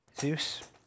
Zeus